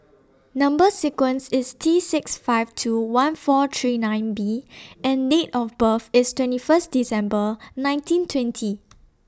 Number sequence IS T six five two one four three nine B and Date of birth IS twenty First December nineteen twenty